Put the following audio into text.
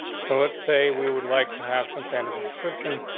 so let's say we would like to have some kind of and description.